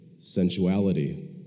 sensuality